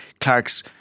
Clark's